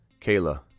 Kayla